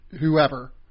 whoever